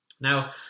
Now